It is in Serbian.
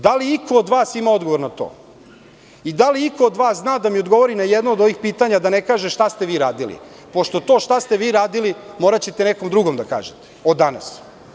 Da li iko od vas ima odgovor na to i da li iko od vas zna da mi odgovori na jedno od ovih pitanja, a da ne kaže – šta ste vi radili, pošto to – šta ste vi radili, moraćete nekom drugom da kažete, od danas.